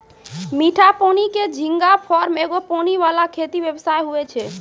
मीठा पानी के झींगा फार्म एगो पानी वाला खेती व्यवसाय हुवै छै